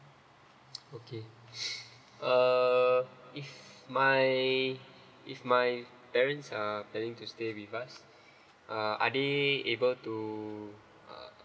okay err if my if my parents uh planning to stay with us uh are they able to uh